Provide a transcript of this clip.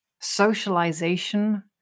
socialization